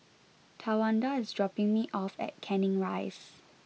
Tawanda is dropping me off at Canning Rise